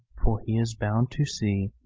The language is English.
for he is bound to sea,